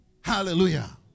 Hallelujah